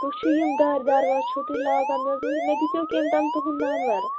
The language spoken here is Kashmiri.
تُہۍ چھُو یِم دارِ دروازٕ چھُو تُہۍ لاگان مےٚ حظ اوس مےٚ دِژیٚو کٔمۍ تام تُہُنٛد نمبر